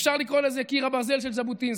אפשר לקרוא לזה קיר הברזל של ז'בוטינסקי,